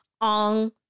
On